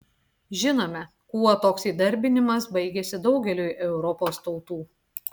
žinome kuo toks įdarbinimas baigėsi daugeliui europos tautų